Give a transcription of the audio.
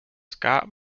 scott